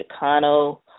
Chicano